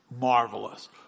marvelous